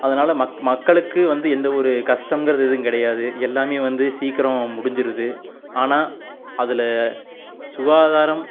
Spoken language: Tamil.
அதனால மக் மக்களுக்கு வந்து எந்தவொரு கஷ்டங்குறது எதுவும் கிடையாது எல்லாமே வந்து சீக்கிரம் முடிஞ்சுருது ஆனால் அதில் சுகாதாரம்